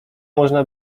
można